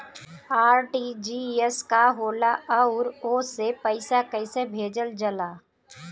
RTGS का होला आउरओ से पईसा कइसे भेजल जला?